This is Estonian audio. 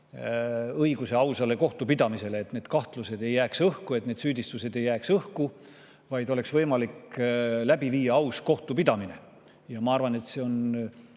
õiguse ausale kohtupidamisele, et kahtlused ei jääks õhku, et süüdistused ei jääks õhku, vaid oleks võimalik läbi viia aus kohtupidamine. Ma arvan, et see on